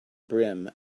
brim